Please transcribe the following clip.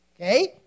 Okay